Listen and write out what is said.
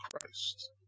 Christ